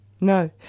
No